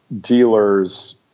dealers